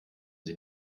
sie